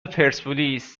پرسپولیس